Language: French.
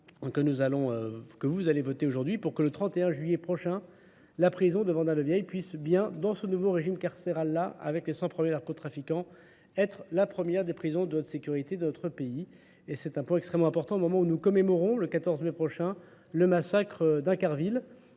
que vous allez voter aujourd'hui, pour que le 31 juillet prochain, la prison de Vendée-le-Vieille puisse bien, dans ce nouveau régime carcéral-là, avec les 100 premiers narcotrafiquants, être la première des prisons de notre sécurité, de notre pays. Et c'est un point extrêmement important au moment où nous commémorons le 14 mai prochain le massacre d'Incarville